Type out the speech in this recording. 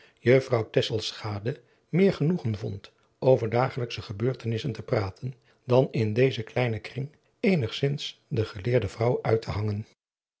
juffrouw tesselschade meer genoegen vond over dagelijksche gebeurtenissen te praten dan in dezen kleinen kring eenigzins de geleerde vrouw uit te hangen